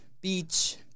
beach